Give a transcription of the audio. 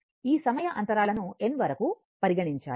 ఈ సమయ అంతరాళము n వరకు పరిగణించాలి